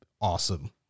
awesome